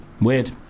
weird